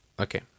Okay